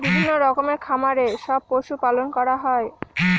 বিভিন্ন রকমের খামারে সব পশু পালন করা হয়